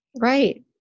Right